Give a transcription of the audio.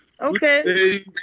okay